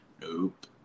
Nope